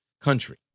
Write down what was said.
country